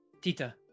Tita